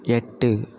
எட்டு